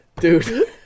Dude